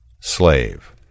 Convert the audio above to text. Slave